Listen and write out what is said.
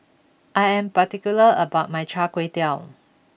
I am particular about my Char Kway Teow